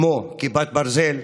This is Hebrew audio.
כמו כיפת ברזל,